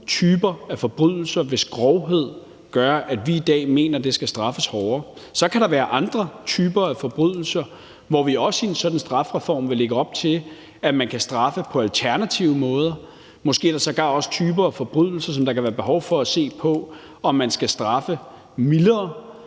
typer forbrydelser, hvis grovhed gør, at vi i dag mener, at det skal straffes hårdere. Så kan der være andre typer forbrydelser, hvor vi i en sådan strafreform vil lægge op til, at man kan straffe på alternative måder, og måske er der sågar også typer forbrydelser, som der kan være behov for at se på om man skal straffe mildere.